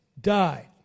died